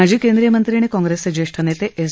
माजी केंद्रीय मंत्री आणि काँग्रेसचे ज्येष्ठ नेते एस